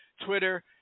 Twitter